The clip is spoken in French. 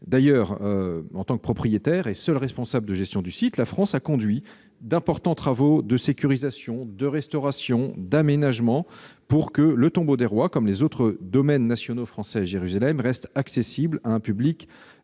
En outre, en tant que propriétaire et seul responsable de la gestion du site, la France a conduit d'importants travaux de sécurisation, de restauration et d'aménagement, afin que le Tombeau des rois- comme les autres domaines nationaux français à Jérusalem -reste accessible à un public